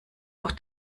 auch